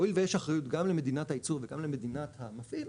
והואיל ויש אחריות גם למדינת הייצור וגם למדינת המפעיל,